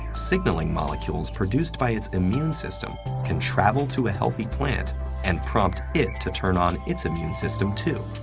signaling molecules produced by its immune system can travel to a healthy plant and prompt it to turn on its immune system, too.